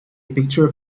picture